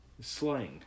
slang